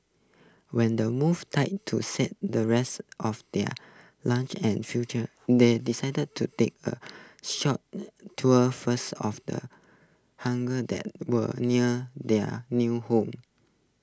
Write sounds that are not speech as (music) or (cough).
when the movers (unintelligible) to settle the rest of their luggage and furniture they decided to take A short tour first of the hunger that was near their new home